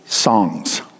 songs